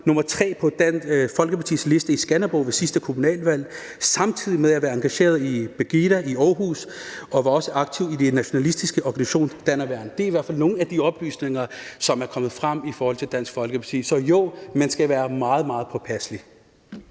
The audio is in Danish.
nr. 3 på Dansk Folkepartis liste i Skanderborg ved sidste kommunalvalg, samtidig var engageret i PEGIDA i Aarhus og også var aktiv i den nationalistiske organisation Danerværn. Det er i hvert fald nogle af de oplysninger, som er kommet frem i forhold til Dansk Folkeparti. Så jo, man skal være meget, meget påpasselig.